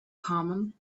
common